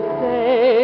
say